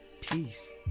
peace